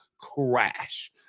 crash